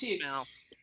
mouse